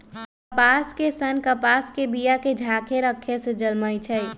कपास के सन्न कपास के बिया के झाकेँ रक्खे से जलमइ छइ